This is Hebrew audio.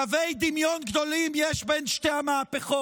קווי דמיון גדולים יש בין שתי המהפכות.